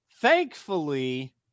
Thankfully